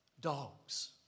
dogs